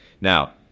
Now